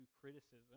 criticism